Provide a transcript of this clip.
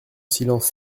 silence